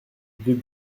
deux